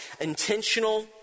intentional